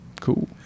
Cool